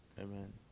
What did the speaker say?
Amen